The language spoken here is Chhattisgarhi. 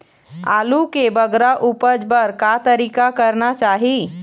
आलू के बगरा उपज बर का तरीका करना चाही?